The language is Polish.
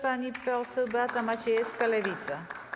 Pani poseł Beata Maciejewska, Lewica.